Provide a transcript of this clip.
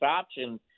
option